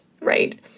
right